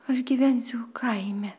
aš gyvensiu kaime